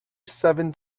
seven